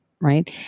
right